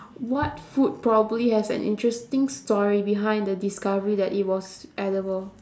what food probably has an interesting story behind the discovery that it was edible